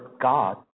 God